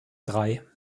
drei